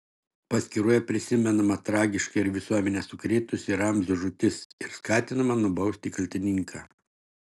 paskyroje prisimenama tragiška ir visuomenę sukrėtusi ramzio žūtis ir skatinama nubausti kaltininką